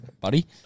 Buddy